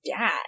Dad